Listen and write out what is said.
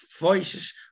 voices